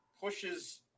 pushes